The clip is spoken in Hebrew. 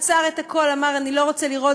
עצר את הכול ואמר: אני לא רוצה לראות,